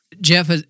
Jeff